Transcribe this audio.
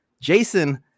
Jason